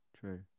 True